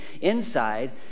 inside